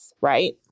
right